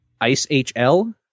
IceHL